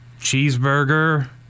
Cheeseburger